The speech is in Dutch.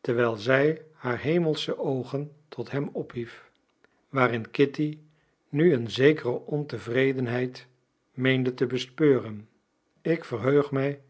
terwijl zij haar hemelsche oogen tot hem ophief waarin kitty nu een zekere ontevredenheid meende te bespeuren ik verheug mij